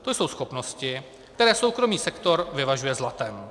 To jsou schopnosti, které soukromý sektor vyvažuje zlatem.